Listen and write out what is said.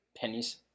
pennies